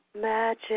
magic